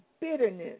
bitterness